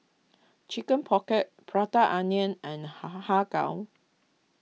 Chicken Pocket Prata Onion and Har Har Har Kow